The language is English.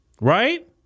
right